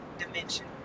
dimension